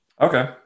Okay